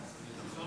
שר